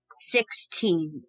Sixteen